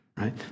right